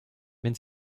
wenn